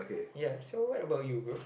ya so what about you bro